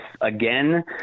again